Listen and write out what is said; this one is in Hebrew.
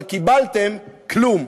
אבל קיבלתם, כלום.